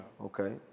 Okay